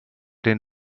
den